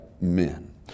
men